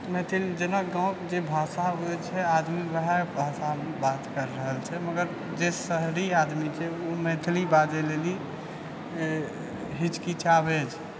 मैथिल जेना गाँवके जे भाषा होइ छै आदमी वएह भाषामे बात करि रहल छै मगर जे शहरी आदमी छै उ मैथिली बाजै लेली हिचकिचाबै छै